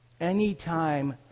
Anytime